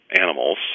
animals